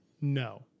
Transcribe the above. No